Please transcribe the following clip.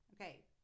Okay